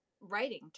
writing